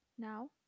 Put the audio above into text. Now